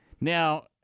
Now